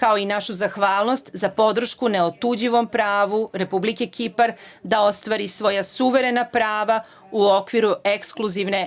kao i našu zahvalnost za podršku neotuđivom pravu Republike Kipar da ostvari svoja suverena prava u okviru ekskluzivne